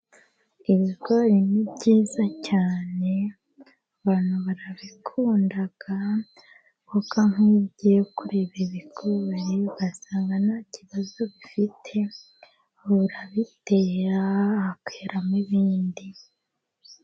Ibigori ni byiza cyane abantu barabikunda kuko nk'iyo ugiye kureba ibigori ugasanga nta kibazo bifite urabitera hakeramo ibindi.